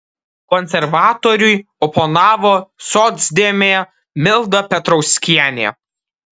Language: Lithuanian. konservatoriui oponavo socdemė milda petrauskienė